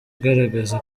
agaragaza